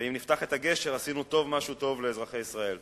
ואם נפתח את הגשר, עשינו משהו טוב לאזרחי ישראל.